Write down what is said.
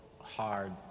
hard